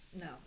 no